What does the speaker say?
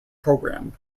program